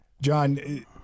John